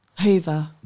Hoover